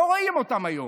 לא רואים אותן היום.